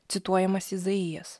cituojamas izaijas